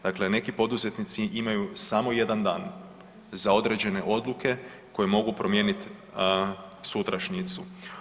Dakle, neki poduzetnici imaju samo 1 dan za određene odluke koje mogu promijeniti sutrašnjicu.